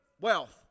wealth